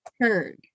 heard